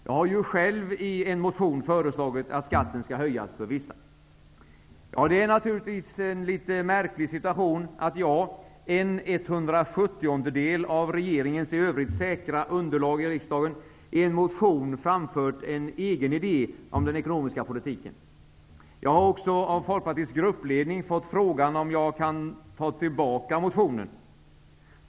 Jag har ju själv i en motion föreslagit att skatten skall höjas för vissa. Ja, det är naturligtvis en litet märklig situation att jag, en 170:edel av regeringens i övrigt säkra underlag i riksdagen, i en motion framfört en egen idé om den ekonomiska politiken. Jag har också av Folkpartiets gruppledning fått frågan om jag kan ta tillbaka motionen.